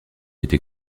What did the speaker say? été